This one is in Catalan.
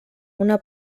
una